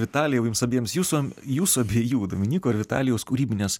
vitalijau jums abiems jūsų jūsų abiejų dominyko ir vitalijaus kūrybinės